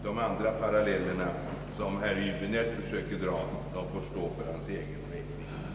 De andra parallellerna som herr Häbinette försökte dra får stå för hans egen räkning.